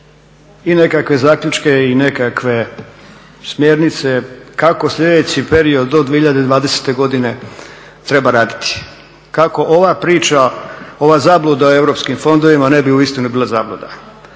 i nekakve zaključke i nekakve smjernice kako sljedeći period do 2020. godine treba raditi kako ova priča, ova zabluda o europskim fondovima ne bi uistinu bila zabluda.